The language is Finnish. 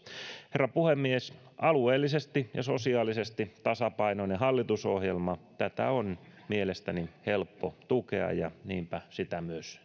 herra puhemies alueellisesti ja sosiaalisesti tasapainoinen hallitusohjelma tätä on mielestäni helppo tukea ja niinpä sitä myös